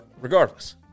regardless